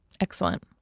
Excellent